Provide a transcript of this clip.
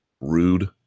rude